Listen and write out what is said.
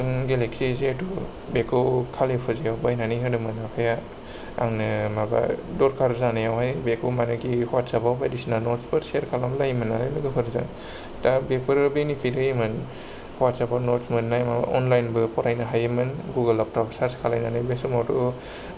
सामसुं Galaxy J two बेखौ कालि फुजायाव बायनानै होदोंमोन आफाया आंनो माबा दरकार जानायावहाय बेखौ मानेकि वाट्सएपाव बायदिसिना नटस्फोर शेर खालामलायोमोन नालाय लोगोफोरजों दा बेफोरो बेनिफिट होयोमोन वाट्सएपाव नटस् मोननाय अनलाइनबो फरायनो हायोमोन गुगोलाव सार्स खालायनानै बे समावथ'